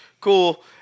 cool